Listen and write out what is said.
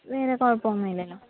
വേറെ കുഴപ്പമൊന്നുമില്ലല്ലോ